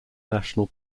national